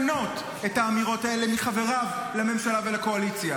לגנות את האמירות האלה מחבריו לממשלה ולקואליציה.